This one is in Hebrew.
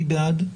מי בעד?